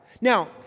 Now